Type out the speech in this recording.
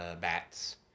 bats